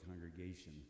congregation